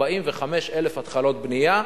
45,000 התחלות בנייה,